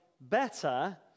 better